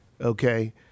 okay